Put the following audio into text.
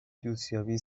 دوستیابی